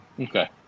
Okay